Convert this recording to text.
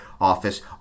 office